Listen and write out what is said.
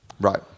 right